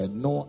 no